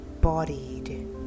bodied